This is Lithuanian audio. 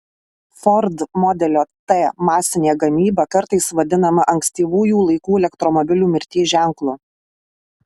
ford modelio t masinė gamyba kartais vadinama ankstyvųjų laikų elektromobilių mirties ženklu